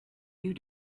you